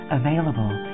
available